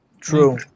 True